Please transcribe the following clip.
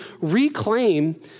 reclaim